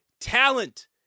talent